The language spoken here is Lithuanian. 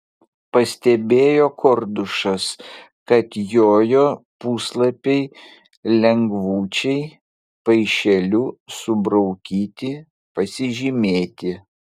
pastebėjo kordušas kad jojo puslapiai lengvučiai paišeliu subraukyti pasižymėti